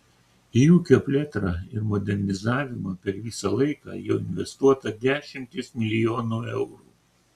į ūkio plėtrą ir modernizavimą per visą laiką jau investuota dešimtys milijonų eurų